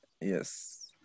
yes